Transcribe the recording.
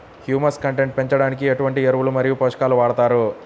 Humus content పెంచడానికి ఎటువంటి ఎరువులు మరియు పోషకాలను వాడతారు?